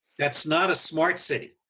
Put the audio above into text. that's not a smart city.